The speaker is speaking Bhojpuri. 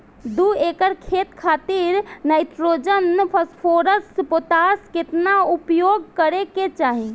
दू एकड़ खेत खातिर नाइट्रोजन फास्फोरस पोटाश केतना उपयोग करे के चाहीं?